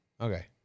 Okay